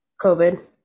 COVID